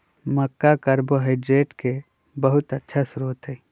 मक्का carbohydrate के बहुत अच्छा स्रोत हई